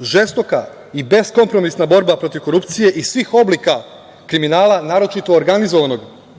Žestoka i beskompromisna borba protiv korupcije i svih oblika kriminala, naročito organizovanog